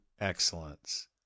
excellence